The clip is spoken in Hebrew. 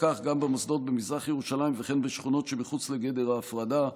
כך גם במוסדות במזרח ירושלים וכן בשכונות שמחוץ לגדר ההפרדה.